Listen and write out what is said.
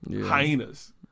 hyenas